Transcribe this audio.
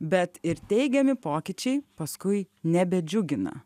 bet ir teigiami pokyčiai paskui nebedžiugina